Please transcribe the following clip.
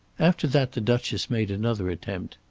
after that the duchess made another attempt.